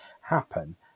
happen